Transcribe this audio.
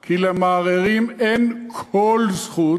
כי למערערים אין כל זכות"